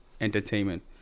entertainment